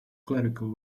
clerical